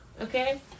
Okay